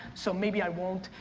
so maybe i won't.